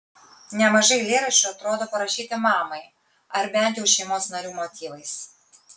nemažai eilėraščių atrodo parašyti mamai ar bent jau šeimos narių motyvais